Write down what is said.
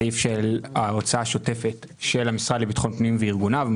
הסעיף של ההוצאה השוטפת של המשרד לביטחון פנים וארגוניו.